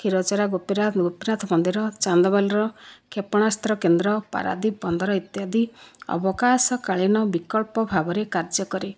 କ୍ଷୀରଚୋରା ଗୋପୀନାଥ ଗୋପୀନାଥ ମନ୍ଦିର ଚାନ୍ଦବାଲିର କ୍ଷେପଣାସ୍ତ୍ର କେନ୍ଦ୍ର ପାରାଦୀପ ବନ୍ଦର ଇତ୍ୟାଦି ଅବକାଶ କାଳୀନ ବିକଳ୍ପ ଭାବରେ କାର୍ଯ୍ୟ କରେ